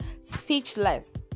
speechless